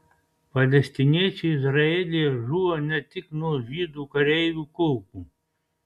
palestiniečiai izraelyje žūva ne tik nuo žydų kareivių kulkų